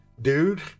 Dude